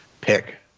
pick